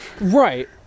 right